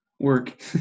work